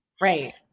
right